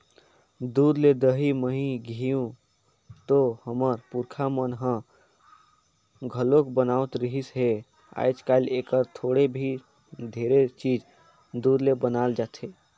दूद ले दही, मही, घींव तो हमर पूरखा मन ह घलोक बनावत रिहिस हे, आयज कायल एखर छोड़े भी ढेरे चीज दूद ले बनाल जाथे